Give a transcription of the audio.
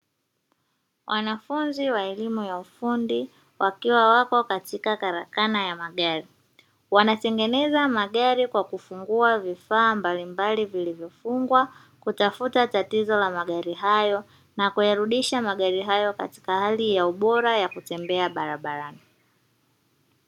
Wanafunzi wa elimu ya ufundi wakiwa wako katika karakana ya magari. Wanatengeneza magari kwa kufungua vifaa mbalimbali vilivyo fungwa, kutafuta matatizo ya magari hayo, na kuyarudisha magari hayo katika hali ya ubora ya kutembea barabarani.